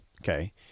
Okay